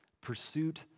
Pursuit